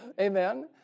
Amen